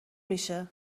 میشه